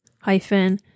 hyphen